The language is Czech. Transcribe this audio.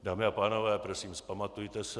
Dámy a pánové, prosím, vzpamatujte se!